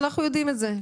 יודעים זאת.